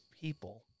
people